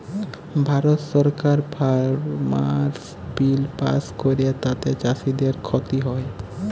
ভারত সরকার farmers bill pass ক্যরে তাতে চাষীদের খ্তি হ্যয়